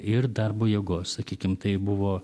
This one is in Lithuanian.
ir darbo jėgos sakykim tai buvo